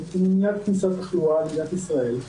היא מניעת כניסת תחלואה למדינת ישראל,